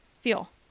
feel